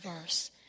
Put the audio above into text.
verse